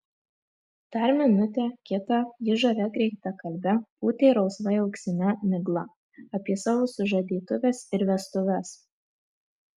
dar minutę kitą ji žavia greitakalbe pūtė rausvai auksinę miglą apie savo sužadėtuves ir vestuves